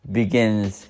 begins